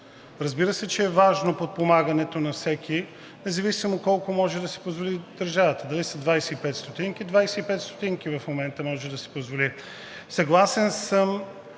Разбира се, че е важно подпомагането на всеки, независимо колко може да си позволи държавата – дали са 25 стотинки, 25 стотинки в момента може да си позволи. Съгласен съм